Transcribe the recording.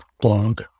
blog